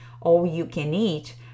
all-you-can-eat